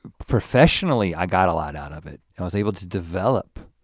professionally, i got a lot out of it. i was able to develop